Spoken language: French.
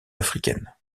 africaine